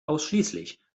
ausschließlich